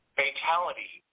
fatality